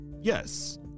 yes